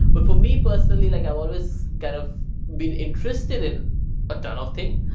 but for me, personally, like i've always kind of been interested in a ton of thing,